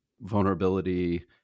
vulnerability